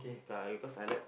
because because I like